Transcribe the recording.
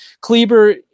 Kleber